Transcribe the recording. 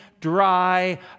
dry